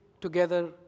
together